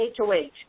hoh